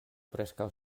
preskaŭ